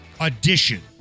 audition